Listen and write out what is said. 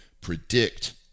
predict